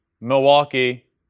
Milwaukee